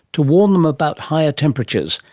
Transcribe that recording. to warn them about higher temperatures.